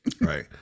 Right